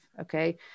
okay